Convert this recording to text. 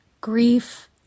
grief